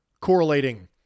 correlating